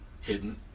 hidden